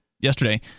yesterday